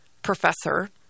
professor